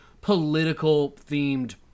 political-themed